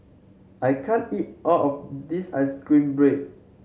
I can't eat all of this ice cream bread